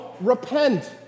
repent